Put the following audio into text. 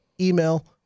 email